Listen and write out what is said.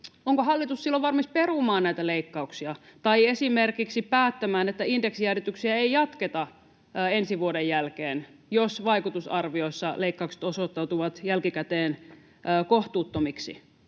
Onko hallitus silloin valmis perumaan näitä leikkauksia tai esimerkiksi päättämään, että indeksijäädytyksiä ei jatketa ensi vuoden jälkeen, jos vaikutusarvioissa leikkaukset osoittautuvat jälkikäteen kohtuuttomiksi?